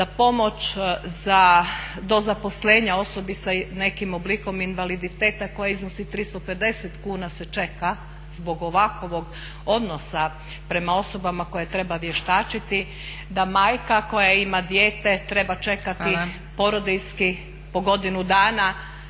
da pomoć do zaposlenja osobi sa nekim oblikom invaliditeta koja iznosi 350 kn se čeka zbog ovakovog odnosa prema osobama koje treba vještačiti, da majka koja ima dijete treba čekati porodiljski … …/Upadica